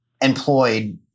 employed